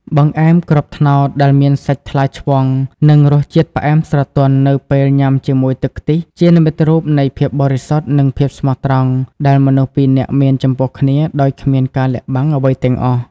បង្អែមគ្រាប់ត្នោត ដែលមានសាច់ថ្លាឆ្វង់ និងរសជាតិផ្អែមស្រទន់នៅពេលញ៉ាំជាមួយទឹកខ្ទិះ ជានិមិត្តរូបនៃភាពបរិសុទ្ធ និងភាពស្មោះត្រង់ដែលមនុស្សពីរនាក់មានចំពោះគ្នាដោយគ្មានការលាក់បាំងអ្វីទាំងអស់។